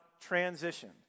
transition